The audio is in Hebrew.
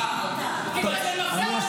זה מה שהוא אמר.